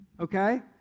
Okay